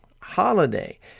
holiday